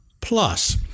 Plus